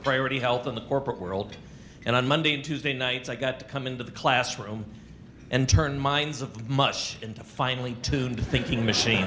priority health in the corporate world and on monday and tuesday nights i got to come into the classroom and turn minds of mush into finely tuned thinking machine